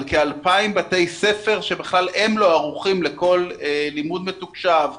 כ-2,000 בתי ספר שבכלל לא ערוכים לכל לימוד מתוקשב,